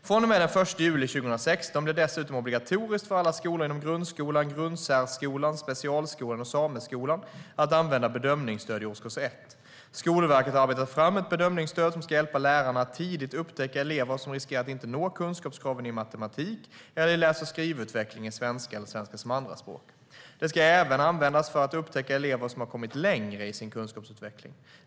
Från och med den 1 juli 2016 blir det dessutom obligatoriskt för alla skolor inom grundskolan, grundsärskolan, specialskolan och sameskolan att använda bedömningsstöd i årskurs 1. Skolverket har arbetat fram ett bedömningsstöd som ska hjälpa lärarna att tidigt upptäcka elever som riskerar att inte nå kunskapskraven i matematik eller i läs och skrivutveckling i svenska eller svenska som andraspråk. Det ska även användas för att upptäcka elever som har kommit längre i sin kunskapsutveckling.